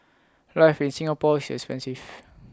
life in Singapore is expensive